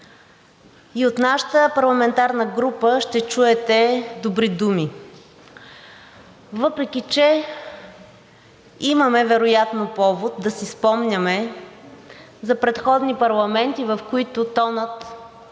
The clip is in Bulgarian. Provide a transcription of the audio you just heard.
и от нашата парламентарна група ще чуете добри думи, въпреки че имаме вероятно повод да си спомняме за предходни парламенти, в които тонът